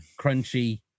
crunchy